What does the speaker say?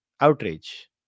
outrage